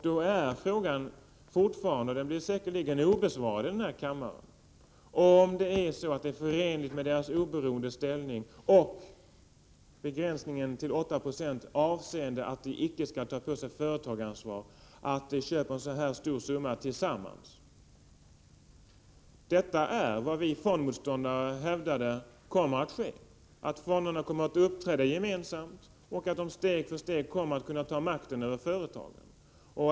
Då är frågan — den förblir säkert obesvarad här i kammaren — om det är så att det är förenligt med deras oberoende ställning och begränsningen till 8 9, avseende att de icke skall ta på sig företagaransvar, att de köper en så här stor summa tillsammans. Detta är precis vad vi fondmotståndare hävdade skulle komma att ske: att fonderna uppträder gemensamt och steg för steg kommer att kunna ta makten över företagen.